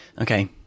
Okay